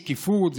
שקיפות,